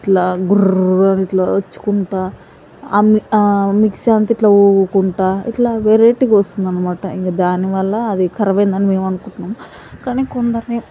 ఇట్లా గుర్ అని ఈట్లా వచ్చుకుంటూ మిక్సీ అంతా ఇట్లా ఊగుకుంటూ ఇట్లా వెరైటీగా వస్తుంది అన్నమాట ఇంకా దాని వల్ల అది ఖరాబ్ అయిందని మేము అనుకుంటున్నాము కానీ కొందరినీ